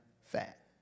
fat